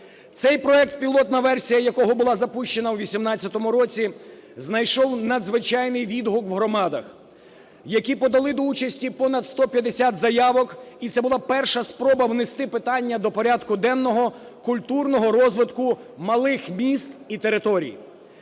Цей проект, пілотна версія якого була запущена у 2018 році, знайшов надзвичайний відгук в громадах, які подали до участі понад 150 заявок, і це була перша спроба внести питання до порядку денного культурного розвитку малих міст і територій.